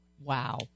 Wow